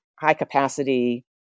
high-capacity